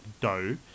dough